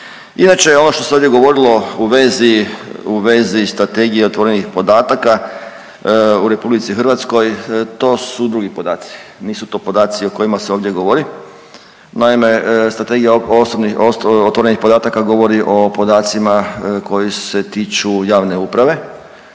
Inače, ono što sad je govorilo u vezi, u vezi strategija otvorenih podataka, u RH to su drugi podaci, nisu to podaci o kojima se ovdje govori. Naime, strategija otvorenih podataka govori o podacima koji se tiču javne uprave,